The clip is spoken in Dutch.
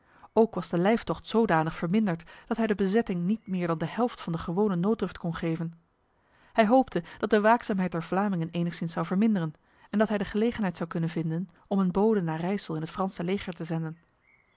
ook was de lijftocht zodanig verminderd dat hij de bezetting niet meer dan de helft van de gewone nooddruft kon geven hij hoopte dat de waakzaamheid der vlamingen enigszins zou verminderen en dat hij de gelegenheid zou kunnen vinden om een bode naar rijsel in het franse leger te zenden